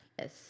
yes